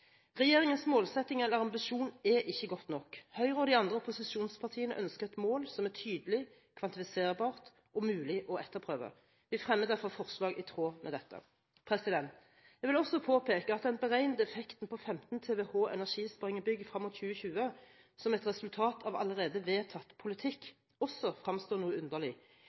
Regjeringens målsetting eller ambisjon er ikke god nok. Høyre og de andre opposisjonspartiene ønsker et mål som er tydelig, kvantifiserbart og mulig å etterprøve. Vi fremmer derfor forslag i tråd med dette. Jeg vil også påpeke at den beregnede effekten på 15 TWh energisparing i bygg frem mot 2020 som et resultat av allerede vedtatt politikk, også fremstår noe underlig